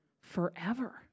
forever